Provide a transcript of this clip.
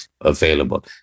available